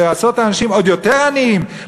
לעשות את האנשים עוד יותר עניים,